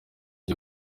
jye